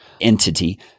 entity